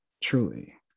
truly